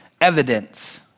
evidence